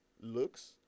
looks